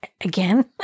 Again